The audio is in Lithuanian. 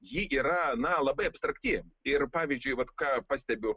ji yra na labai abstrakti ir pavyzdžiui vat ką pastebiu